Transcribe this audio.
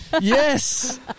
Yes